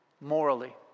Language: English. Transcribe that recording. morally